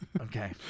Okay